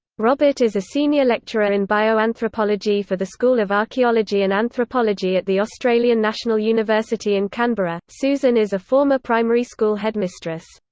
robert is a senior lecturer in bioanthropology for the school of archaeology and anthropology at the australian national university in canberra. susan is a former primary school headmistress.